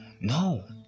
no